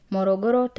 Morogoro